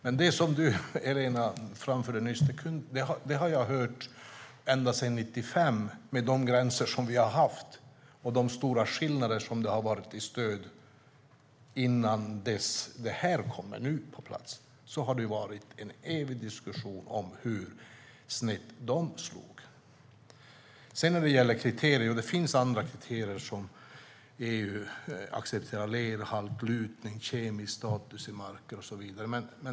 Men det som du framförde nyss, Helena, har jag hört ända sedan 1995 med de gränser som vi har haft och de stora skillnader i stöd som har rått innan detta kom på plats. Det har varit en evig diskussion om hur snett skillnaderna slog. När det gäller kriterier finns det andra sådana som EU accepterar: lerhalt, lutning, kemisk status i mark och så vidare.